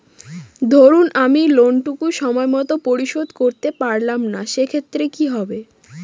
ধরুন আমি লোন টুকু সময় মত পরিশোধ করতে পারলাম না সেক্ষেত্রে কি হবে?